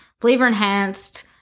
flavor-enhanced